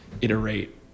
iterate